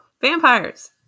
vampires